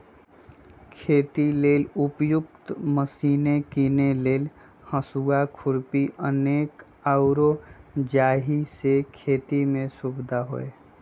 खेती लेल उपयुक्त मशिने कीने लेल हसुआ, खुरपी अनेक आउरो जाहि से खेति में सुविधा होय